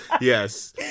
yes